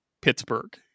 Pittsburgh